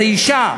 זה אישה,